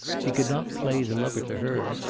he could not play the lover to her,